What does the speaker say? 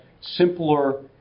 simpler